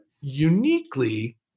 uniquely